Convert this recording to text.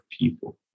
people